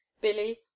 billy